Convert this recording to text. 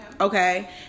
Okay